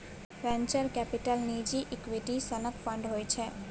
venture capital निजी equity सनक fund होइ छै